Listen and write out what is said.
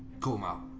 call em out!